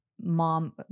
mom